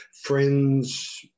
friends